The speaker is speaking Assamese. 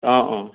অঁ অঁ